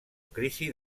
crisi